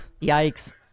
Yikes